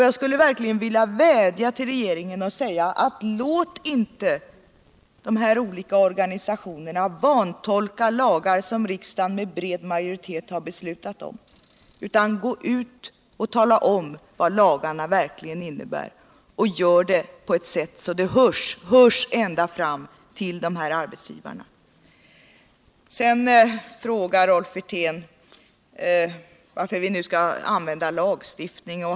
Jag skulle verkligen vilja vädja till regeringen: Låt inte de här organisationerna vantolka lagar som riksdagen med bred majoritet har fattat beslut om. utan gå ut och tala om vad lagarna verkligen innebär och gör det på ett sådant sätt att det hörs ända fram till dessa arbetsgivare! Sedan frågar Rolf Wirtén varför vi nu skall behöva tillgripa lagstiftning.